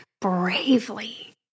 bravely